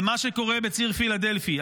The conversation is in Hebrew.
על מה שקורה בציר פילדלפי,